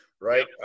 right